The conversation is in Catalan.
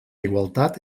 igualtat